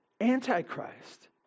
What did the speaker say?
Antichrist